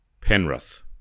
Penrith